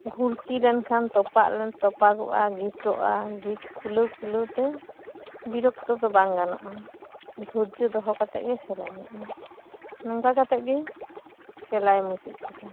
ᱜᱷᱩᱲᱪᱤ ᱞᱮᱱ ᱠᱷᱟᱱ ᱛᱚᱯᱟᱜ ᱨᱮ ᱛᱚᱯᱟᱜᱚᱜᱼᱟ ᱜᱤᱴᱚᱜᱼᱟ ᱜᱤᱴ ᱠᱷᱩᱞᱟᱹᱣ ᱠᱷᱩᱞᱟᱹᱣ ᱛᱮ ᱵᱤᱨᱚᱠᱛᱚ ᱫᱚ ᱵᱟᱝ ᱜᱟᱱᱚᱜᱼᱟ ᱫᱷᱚᱨᱡᱚ ᱫᱚᱦᱚ ᱠᱟᱛᱮ ᱜᱮ ᱥᱮᱞᱟᱭ ᱦᱩᱭᱩᱜᱼᱟ ᱱᱚᱝᱠᱟ ᱠᱟᱛᱮ ᱜᱮᱧ ᱥᱮᱞᱟᱭ ᱢᱩᱪᱟᱹᱫ ᱠᱮᱫᱟ